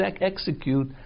execute